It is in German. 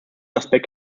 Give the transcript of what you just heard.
aspekt